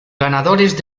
ganadores